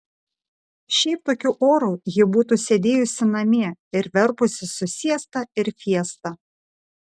šiaip tokiu oru ji būtų sėdėjusi namie ir verpusi su siesta ir fiesta